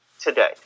today